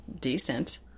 decent